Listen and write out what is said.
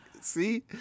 see